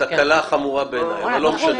תקלה חמורה בעיניי, אבל לא משנה.